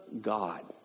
God